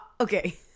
okay